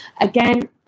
Again